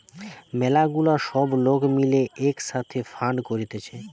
ম্যালা গুলা সব লোক মিলে এক সাথে ফান্ড করতিছে